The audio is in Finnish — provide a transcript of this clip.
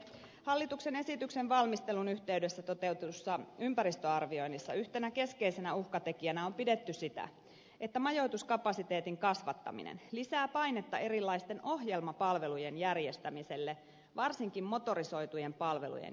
hallituksen esityksen valmistelun yhteydessä toteutetussa ympäristöarvioinnissa yhtenä keskeisenä uhkatekijänä on pidetty sitä että majoituskapasiteetin kasvattaminen lisää painetta erilaisten ohjelmapalvelujen järjestämiselle varsinkin motorisoitujen palvelujen järjestämiselle